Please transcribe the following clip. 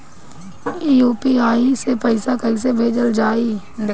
UPI से पैसा कइसे भेजल जाई?